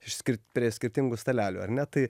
išskirt prie skirtingų stalelių ar ne tai